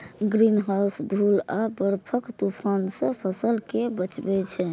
greenhouse धूल आ बर्फक तूफान सं फसल कें बचबै छै